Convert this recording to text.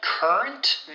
Current